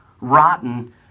rotten